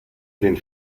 den